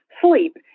sleep